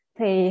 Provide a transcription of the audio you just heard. Thì